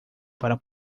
para